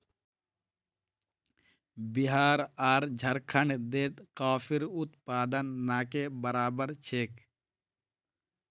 बिहार आर झारखंडत कॉफीर उत्पादन ना के बराबर छेक